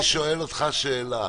אני שואל אותך שאלה.